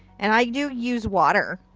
and i do use water.